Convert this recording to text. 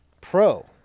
Pro